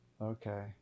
Okay